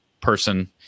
person